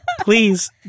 please